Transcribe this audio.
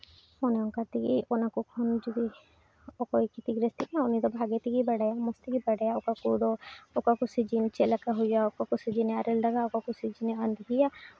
ᱚᱱᱮ ᱚᱱᱠᱟ ᱛᱮᱜᱮ ᱚᱱᱟ ᱠᱚ ᱠᱷᱚᱱ ᱡᱩᱫᱤ ᱚᱠᱚᱭ ᱠᱷᱮᱛᱤ ᱜᱤᱨᱚᱥᱛᱤᱜ ᱠᱟᱱᱟ ᱩᱱᱤ ᱫᱚ ᱵᱷᱟᱜᱮ ᱛᱮᱜᱮᱭ ᱵᱟᱲᱟᱭᱟ ᱢᱚᱡᱽ ᱛᱮᱜᱮ ᱵᱟᱲᱟᱭᱟ ᱚᱠᱟ ᱠᱚᱫᱚ ᱚᱠᱟ ᱠᱚ ᱥᱤᱡᱤᱱ ᱪᱮᱫ ᱞᱮᱠᱟ ᱦᱩᱭᱩᱜᱼᱟ ᱚᱠᱟ ᱠᱚ ᱥᱤᱡᱤᱱᱮ ᱟᱨᱮᱞ ᱫᱟᱜᱟ ᱚᱠᱟ ᱠᱚ ᱥᱤᱡᱮᱱᱮ ᱟᱸᱫᱷᱤᱭᱟ